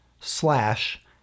slash